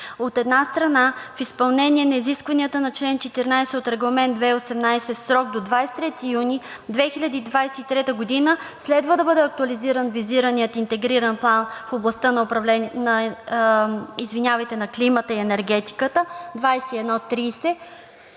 От една страна, в изпълнение на изискванията на чл. 14 от Регламент 2018 в срок до 23 юни 2023 г. следва да бъде актуализиран визираният Интегриран план в областта на енергетиката и